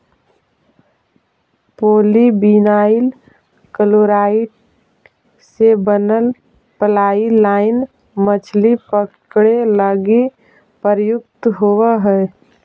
polyvinyl chloride से बनल fly line मछली पकडे लगी प्रयुक्त होवऽ हई